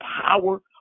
power